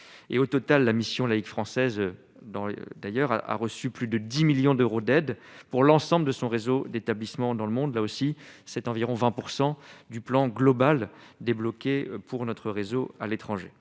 au total, la Mission laïque française dans d'ailleurs a reçu plus de 10 millions d'euros d'aide pour l'ensemble de son réseau d'établissements dans le monde, là aussi, c'est environ 20 % du plan global débloqués pour notre réseau à l'étranger,